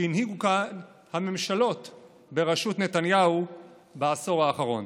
שהנהיגה כאן הממשלה בראשות נתניהו בעשור האחרון.